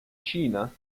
cina